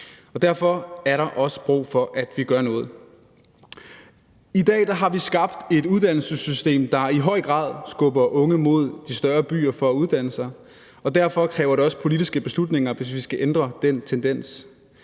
Derfor er der også brug for, at vi gør noget. I dag har vi skabt et uddannelsessystem, der i høj grad skubber unge mod de større byer for at uddanne sig, og derfor kræver det også politiske beslutninger, hvis vi skal ændre den tendens.